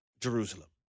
Jerusalem